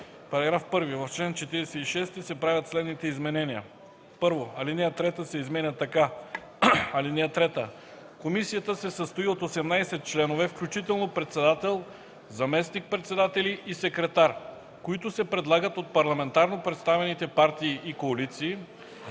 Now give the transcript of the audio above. § 1: „§ 1. В чл. 46 се правят следните изменения: 1. Алинея 3 се изменя така: „(3) Комисията се състои от 18 членове, включително председател, заместник-председатели и секретар, които се предлагат от парламентарно представените партии и коалиции,